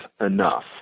enough